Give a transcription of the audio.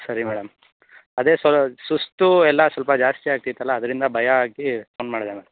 ಸರಿ ಮೇಡಮ್ ಅದೆ ಸುಸ್ತು ಎಲ್ಲ ಸ್ವಲ್ಪ ಜಾಸ್ತಿ ಆಗ್ತಿತ್ತಲ್ಲ ಅದರಿಂದ ಭಯ ಆಗಿ ಫೋನ್ ಮಾಡಿದೆ ಮೇಡಮ್